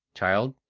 child,